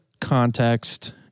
context